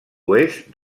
oest